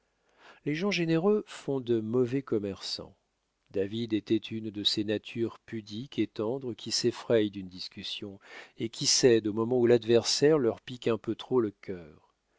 les gens généreux font de mauvais commerçants david était une de ces natures pudiques et tendres qui s'effraient d'une discussion et qui cèdent au moment où l'adversaire leur pique un peu trop le cœur